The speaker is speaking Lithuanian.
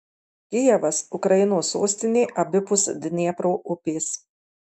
kijevas ukrainos sostinė abipus dniepro upės